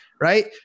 Right